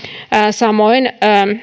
samoin